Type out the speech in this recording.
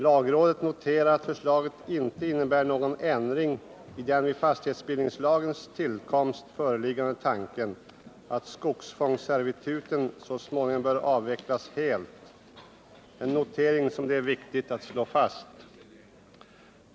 Lagrådet noterar att förslaget inte innebär någon ändring i den vid fastighetsbildningslagens tillkomst föreliggande tanken att skogsfångsservituten så småningom bör avvecklas helt — en notering som det är viktigt att slå fast.